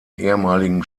ehemaligen